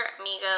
Amigos